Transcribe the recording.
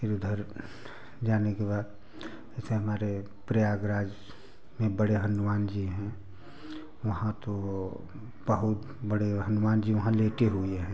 फिर उधर जाने के बाद जैसे हमारे प्रयागराज में बड़े हनुमान जी हैं वहाँ तो बहुत बड़े हनुमान जी वहाँ लेटे हुए हैं